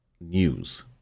News